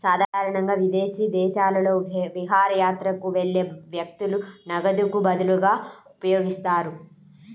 సాధారణంగా విదేశీ దేశాలలో విహారయాత్రకు వెళ్లే వ్యక్తులు నగదుకు బదులుగా ఉపయోగిస్తారు